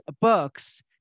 books